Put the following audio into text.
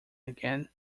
again